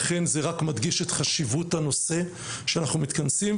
לכן זה רק מדגיש את חשיבות הנושא שאנחנו מתכנסים בו היום.